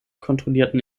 kontrollierten